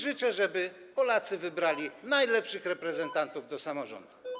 Życzę, żeby Polacy wybrali najlepszych reprezentantów do samorządów.